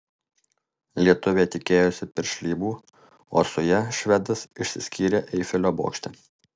lietuvė tikėjosi piršlybų o su ja švedas išsiskyrė eifelio bokšte